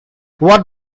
what